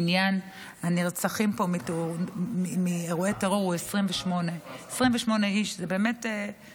מניין הנרצחים פה מאירועי טרור הוא 28. 28 איש זה נתון